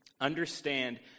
understand